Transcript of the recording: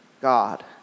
God